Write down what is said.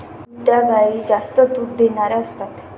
दुभत्या गायी जास्त दूध देणाऱ्या असतात